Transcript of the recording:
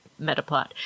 Metaplot